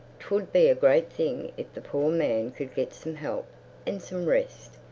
twould be a great thing if the poor man could get some help and some rest.